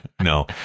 no